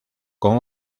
con